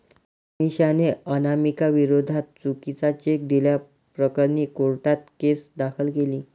अमिषाने अनामिकाविरोधात चुकीचा चेक दिल्याप्रकरणी कोर्टात केस दाखल केली